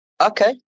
Okay